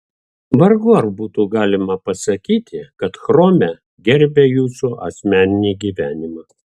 vargu ar būtų galima pasakyti kad chrome gerbia jūsų asmeninį gyvenimą